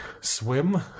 swim